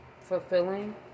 fulfilling